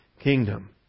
kingdom